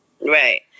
Right